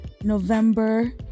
November